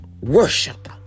worship